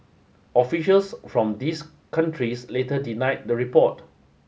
officials from these countries later denied the report